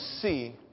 see